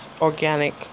organic